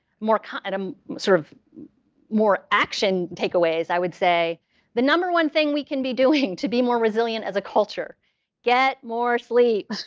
kind of sort of more action takeaways, i would say the number one thing we can be doing to be more resilient as a culture get more sleep.